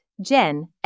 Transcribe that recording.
Jen